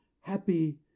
happy